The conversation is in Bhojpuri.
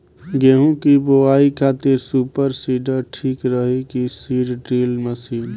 गेहूँ की बोआई खातिर सुपर सीडर ठीक रही की सीड ड्रिल मशीन?